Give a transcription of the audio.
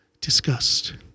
discussed